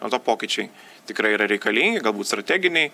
dėl to pokyčiai tikrai yra reikalingi galbūt strateginiai